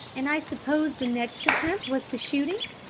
and i suppose the next attempt was the shooting?